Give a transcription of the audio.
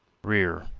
rear,